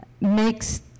makes